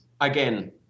again